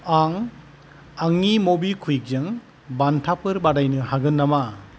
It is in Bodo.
आं आंनि मबिक्वुइकजों बान्थाफोर बादायनो हागोन नामा